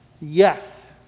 yes